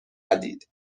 زدید